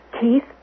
Keith